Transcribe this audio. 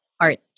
art